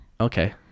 Okay